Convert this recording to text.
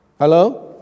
Hello